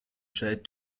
tried